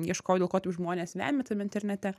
ieškojau dėl ko taip žmonės vemia tam internete